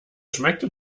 schmeckte